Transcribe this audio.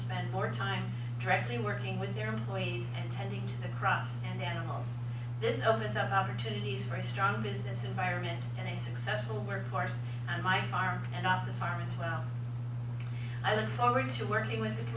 spend more time directly working with their employees and tending to the crops and animals this opens up opportunities for a strong business environment and a successful workforce on my farm and off the farm as well i look forward to working with t